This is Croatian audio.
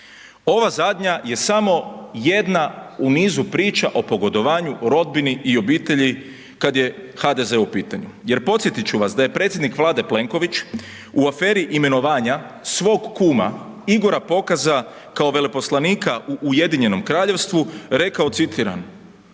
Ova zadnja je samo jedna u nizu priča o pogodovanju rodbini i obitelji kad je HDZ u pitanju. Jer podsjetit ću vas da je predsjednik Vlade Plenković u aferi imenovanja svog kuma Igora Pokaza kao veleposlanika u Ujedinjenom Kraljevstvu rekao, citiram